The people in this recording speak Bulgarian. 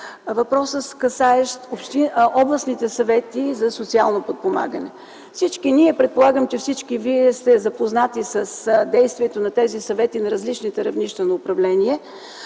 въпроса, отнасящ се до областните съвети за социално подпомагане. Предполагам, че всички вие сте запознати с действието на тези съвети на различните равнища на управления.